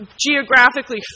geographically